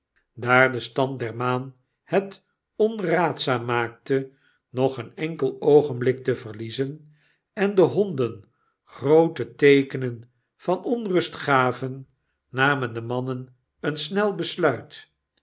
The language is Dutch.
daar de stand der maan het onraadzaam maakte nog een enkel oogenblik te verliezen en de honden groote teekenen van onrust gaven namen de mannen een snel besluit